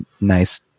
nice